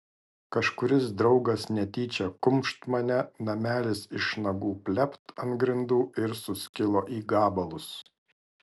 kažkuris draugas netyčią kumšt mane namelis iš nagų plept ant grindų ir suskilo į gabalus